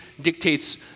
dictates